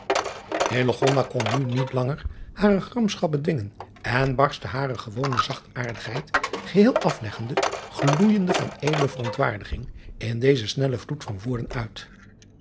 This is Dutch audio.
kon nu niet langer hare gramschap bedwingen en barstte hare gewone zachtaardigheid geheel asleggende gloeijende van edele verontwaardiging in dezen snellen vloed van woorden uit